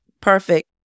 perfect